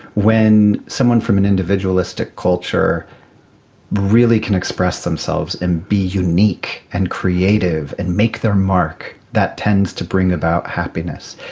when someone from an individualistic culture really can express themselves and be unique and creative and make their mark, that tends to bring about happiness.